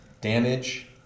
damage